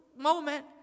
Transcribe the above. Moment